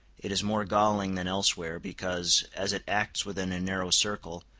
it is more galling than elsewhere, because, as it acts within a narrow circle,